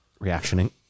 Reactioning